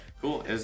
Cool